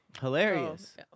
Hilarious